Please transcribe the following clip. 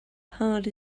hard